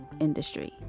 industry